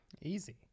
Easy